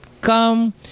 come